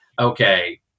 okay